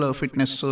fitness